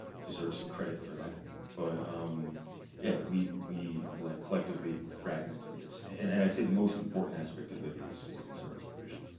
deserved some credit for that, but um yeah we we kind of collectively fragmented this, and and i'd say the most important aspect of it is is in service provision.